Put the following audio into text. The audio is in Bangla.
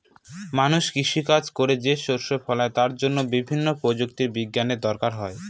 মানুষ কৃষি কাজ করে যে শস্য ফলায় তার জন্য বিভিন্ন প্রযুক্তি বিজ্ঞানের দরকার হয়